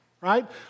right